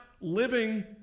living